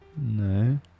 No